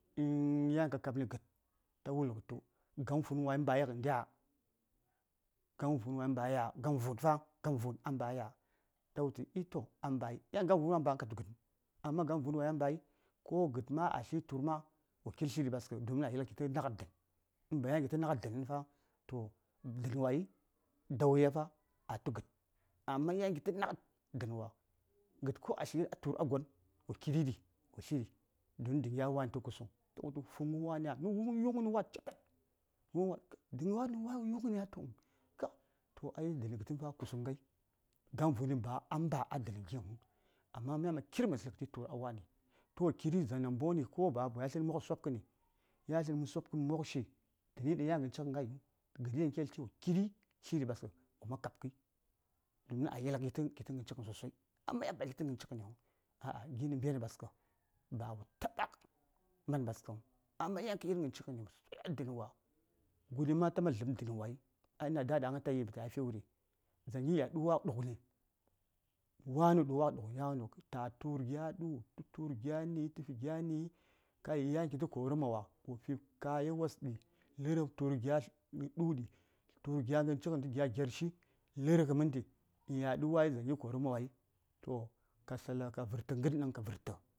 ﻿ yan ka kap nə gəd ta wulgə tu gam vun wai mbai ghəndiya? gam vun wai mbagam vun wai mbaya? gam vun fa gam vun gam vun a mbaya ta wultu eee toh a mbayi yan gam vun wa mbang katu gədəŋ, amma gam vun wa ya mbai ko gəd a tli tu:r ma wa sutədi baskə domin a yel ghə kitə naghad dən in bayan kitə naghad dənaŋ fa toh dənwai da wuya fa a tu gəd amma yan kitə naghad dənwa gəd ko a tli a tu:r a gon wo kiri ɗi wo tliɗi don dən gya wani tə kusuŋ ta wultu fuŋ ghə waniya nə yuŋni tə wa catad, dən wani wa nə yuŋniya? toh ai dən gəti kusəŋ ghai gam fuŋyi ba a mba a dəni ginəŋ amma myani ma kiri mə tli tu:r a wani toh wo kiri dzaŋ namboŋni ko baba gwai ya tlə nə mokshi sobkəni ya tlə nə sobkən mokshi dəni ɗaŋ yan ghən cighən ghaiyin gəɗi ɗaŋ kya yelti wo kiri ɗi tliɗi ɓaskə wo man kabkəyi domin a yel ghə kitə gən cighən sosai amma yan ba kitə gən cighənəŋ gi: nə mberni ɓaskə ba wo taɓa man ɓaskən amma yan kə yir gəncighən sosai a dən wa guɗi ma ta man dləm dənwai, a na da: atayi wuri dzaŋ ghi ya fi wa: ɗughəni ta tu:r gya du:yi təfi gya ni təfi gya ni kai yan kitə koruma wa wo fi kaya wos ɗi lər tu:r gya du: ɗi tu:r gya ghən cighən tə gya gyershi lə:rghə mənɗi uhn ya ɗu wai dzaŋgi koruma wai ka su lar ka vərtə ghən ɗaŋ ka vərtə.